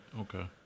okay